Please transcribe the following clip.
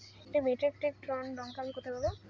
এক metric ton লঙ্কা আমি কোথায় পাবো?